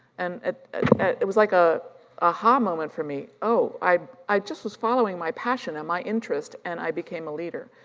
and ah it was like ah a ha moment for me, oh, i i just was following my passion and my interest and i became a leader,